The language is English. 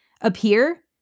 appear